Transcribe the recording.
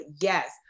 yes